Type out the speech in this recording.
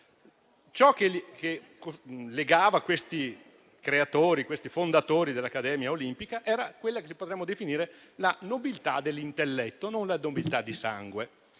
Ciò che legava i fondatori dell'Accademia Olimpica era quella che potremmo definire la nobiltà dell'intelletto, non la nobiltà di sangue,